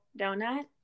donut